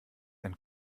ein